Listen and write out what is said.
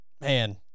man